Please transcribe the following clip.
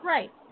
Right